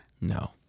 No